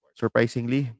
surprisingly